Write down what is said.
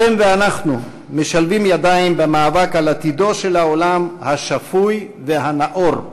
אתם ואנחנו משלבים ידיים במאבק על עתידו של העולם השפוי והנאור.